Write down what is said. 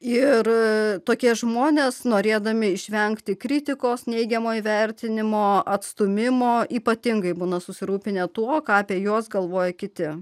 ir tokie žmonės norėdami išvengti kritikos neigiamo įvertinimo atstūmimo ypatingai būna susirūpinę tuo ką apie juos galvoja kiti